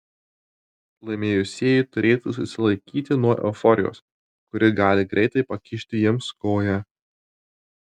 laimėjusieji turėtų susilaikyti nuo euforijos kuri gali greitai pakišti jiems koją